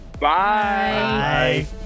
Bye